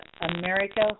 America